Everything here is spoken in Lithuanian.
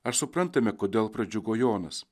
ar suprantame kodėl pradžiugo jonas